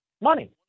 money